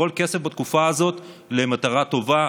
כל כסף בתקופה הזאת זה למטרה טובה,